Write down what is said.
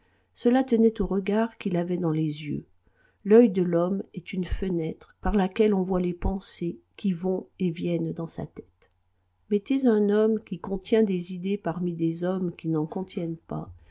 cela tenait au regard qu'il avait dans les yeux l'œil de l'homme est une fenêtre par laquelle on voit les pensées qui vont et viennent dans sa tête mettez un homme qui contient des idées parmi des hommes qui n'en contiennent pas